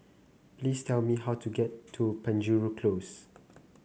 please tell me how to get to Penjuru Close